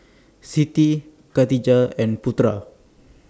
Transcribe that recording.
Siti Katijah and Putera